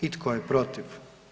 I tko je protiv?